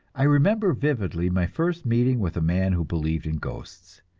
i remember vividly my first meeting with a man who believed in ghosts.